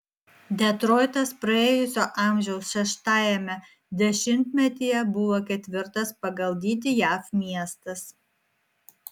detroitas praėjusio amžiaus šeštajame dešimtmetyje buvo ketvirtas pagal dydį jav miestas